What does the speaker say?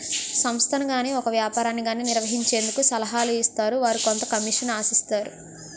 సంస్థను గాని ఒక వ్యాపారాన్ని గాని నిర్వహించేందుకు సలహాలు ఇస్తారు వారు కొంత కమిషన్ ఆశిస్తారు